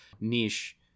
niche